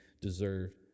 deserve